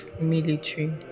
military